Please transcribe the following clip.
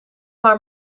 maar